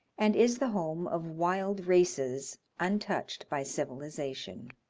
and is the home of wild races untouched by civilization.